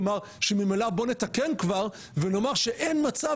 כלומר שממילא בוא נתקן כבר ונאמר שאין מצב